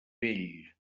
vell